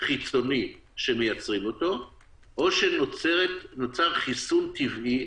חיצוני שמייצרים אותו או שנוצר חיסון טבעי,